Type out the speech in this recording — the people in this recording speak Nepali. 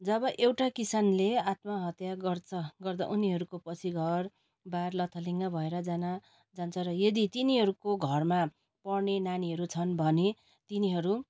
जब एउटा किसानले आत्महत्या गर्छ गर्दा उनीहरूको पछि घरबार लथालिङ्ग भएर जान जान्छ र यदि तिनीहरूको घरमा पढ्ने नानीहरू छन् भने तिनीहरू